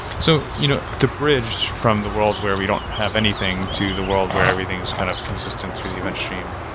so you know to bridge from the world where we don't have anything to the world where everything is kind of consistent through the event stream,